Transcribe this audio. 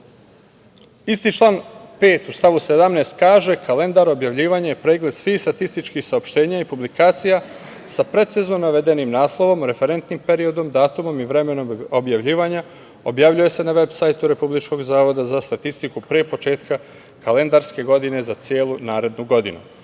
član 5, u stavu 17. kaže – kalendar objavljivanja i pregled svih statističkih saopštenja i publikacija, sa precizno navedenim naslovom, referentnim periodom, datumom i vremenom objavljivanja, objavljuje se na veb sajtu Republičkog zavoda za statistiku pre početka kalendarske godine za celu narednu godinu.